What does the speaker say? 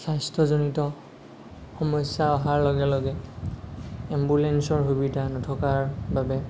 স্বাস্থ্যজনিত সমস্যা অহাৰ লগে লগে এম্বুলেঞ্চৰ সুবিধা নথকাৰ বাবে